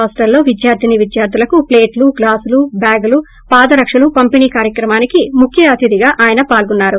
hostel లో విద్యార్దినీ విద్యార్తులకు ప్లేట్లు గ్లాసులు బ్యాగులు పాదరక్షలు పంపిణి కార్యక్రమానికే ముఖ్య అతిధిగా అయిన పాల్గొన్నారు